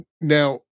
Now